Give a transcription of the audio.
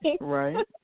Right